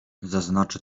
zaznaczę